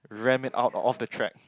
ram it out of the track